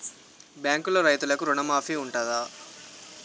బ్యాంకులో రైతులకు రుణమాఫీ ఉంటదా?